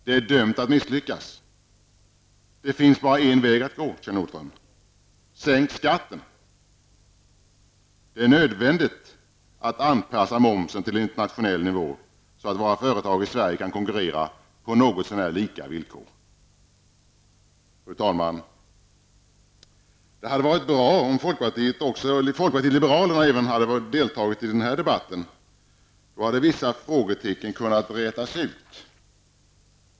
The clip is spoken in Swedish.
Det är dömt att misslyckas. Det finns bara en väg att gå, Kjell Nordström: sänk skatten! Det är nödvändigt att anpassa momsen till internationell nivå så att våra företag i Sverige kan konkurrera på något så när lika villkor. Fru talman! Det hade varit bra om även folkpartiet liberalerna hade deltagit i denna debatt. Då hade vissa frågetecken kunnat rätas ut.